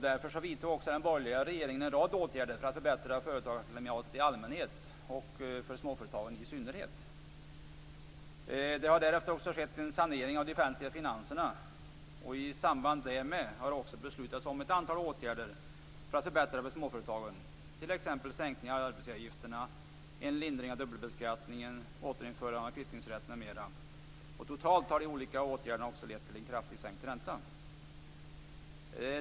Därför vidtog också den borgerliga regeringen en rad åtgärder för att förbättra företagarklimatet i allmänhet och för småföretagen i synnerhet. Det har därefter också skett en sanering av de offentliga finanserna. I samband därmed har det också beslutats om ett antal åtgärder för att förbättra för småföretagen, t.ex. sänkning av arbetsgivaravgifterna, lindring av dubbelbeskattningen och återinförande av kvittningsrätten. Totalt har de olika åtgärderna också lett till en kraftigt sänkt ränta.